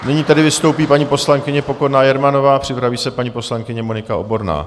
Nyní tedy vystoupí paní poslankyně Pokorná Jermanová, připraví se paní poslankyně Monika Oborná.